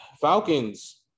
Falcons